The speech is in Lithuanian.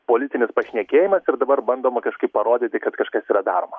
politinis pašnekėjimas ir dabar bandoma kažkaip parodyti kad kažkas yra daroma